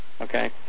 okay